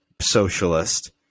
socialist